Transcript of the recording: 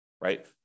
right